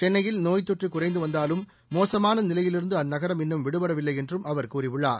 சென்னையில் நோய்த் தொற்று குறைந்து வந்தாலும் மோசமான நிலையிலிருந்து அந்நகரம் இன்னும் விடுபடவில்லை என்றும் அவர் கூறியுள்ளார்